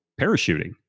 parachuting